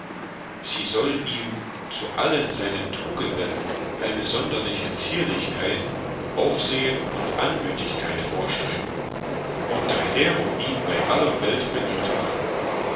sie soll ihm zu allen seinen tugenden eine sonderbare zierlichkeit aufsehen und anmütigkeit vorstrecken und dahero ihn bei aller welt beliebt machen